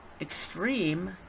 extreme